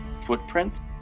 footprints